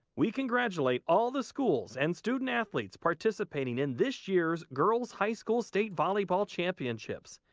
we congratulate all the schools and student athletes participating in this year's girls high school state volleyball championships.